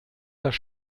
das